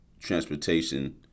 transportation